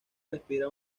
respira